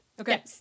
Okay